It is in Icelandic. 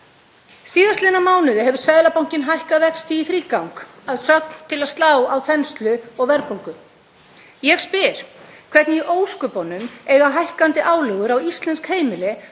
Síðastliðna mánuði hefur Seðlabankinn hækkað vexti í þrígang, að sögn til að slá á þenslu og verðbólgu. Ég spyr: Hvernig í ósköpunum eiga hækkandi álögur á íslensk heimili